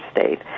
state